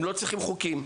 הם לא צריכים חוקים,